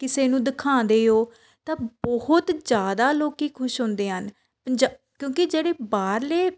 ਕਿਸੇ ਨੂੰ ਦਿਖਾਉਂਦੇ ਹੋ ਤਾਂ ਬਹੁਤ ਜ਼ਿਆਦਾ ਲੋਕ ਖੁਸ਼ ਹੁੰਦੇ ਹਨ ਪੰਜਾ ਕਿਉਂਕਿ ਜਿਹੜੇ ਬਾਹਰਲੇ